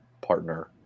partner